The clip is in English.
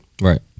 Right